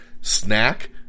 snack